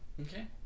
Okay